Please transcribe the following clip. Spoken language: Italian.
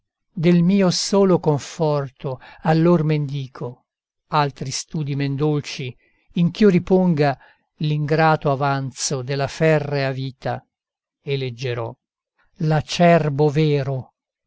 del mio solo conforto allor mendico altri studi men dolci in ch'io riponga l'ingrato avanzo della ferrea vita eleggerò l'acerbo vero